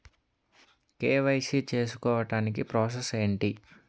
KYC చేసుకోవటానికి process ఏంటి?